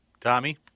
Tommy